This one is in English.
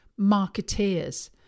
marketeers